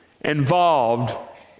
involved